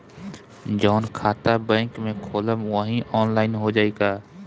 जवन खाता बैंक में खोलम वही आनलाइन हो जाई का?